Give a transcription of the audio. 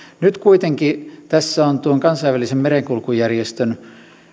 nyt kuitenkin tässä on kansainvälisen merenkulkujärjestön